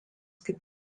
kaip